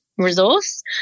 resource